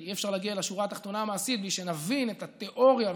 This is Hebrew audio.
כי אי-אפשר להגיע לשורה התחתונה המעשית בלי שנבין את התיאוריה,